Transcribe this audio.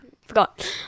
Forgot